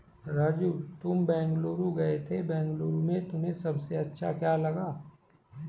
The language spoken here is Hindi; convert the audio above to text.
राजू तुम बेंगलुरु गए थे बेंगलुरु में तुम्हें सबसे अच्छा क्या लगा?